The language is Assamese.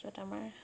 তাৰপাছত আমাৰ